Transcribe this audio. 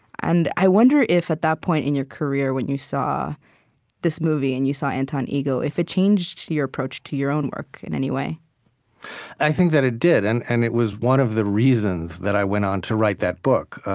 and i wonder if, at that point in your career, when you saw this movie and you saw anton ego, if it changed your approach to your own work in any way i think that it did. and and it was one of the reasons that i went on to write that book, oh,